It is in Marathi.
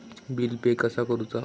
बिल पे कसा करुचा?